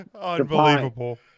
unbelievable